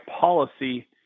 policy